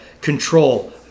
control